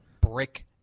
brick